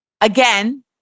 again